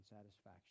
satisfaction